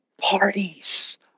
parties